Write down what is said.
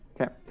okay